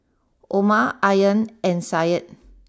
Omar Aryan and Said